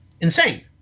insane